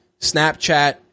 Snapchat